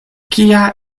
kia